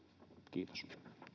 kiitos